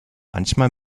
manchmal